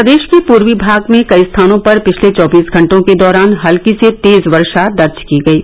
प्रदेश के पूर्वी भाग में कई स्थानों पर पिछले चौबीस घंटों के दौरान हल्की से तेज वर्षा दर्ज की गयी